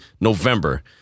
November